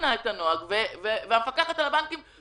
כרגע כל ההצעות שנתנו פה בזום כל הפקידים הכי בכירים משהו קורה?